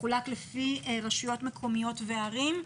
מחולק לפי רשויות מקומיות וערים.